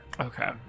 okay